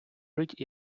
жить